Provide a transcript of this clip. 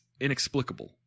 inexplicable